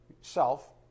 Self